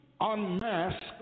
Unmask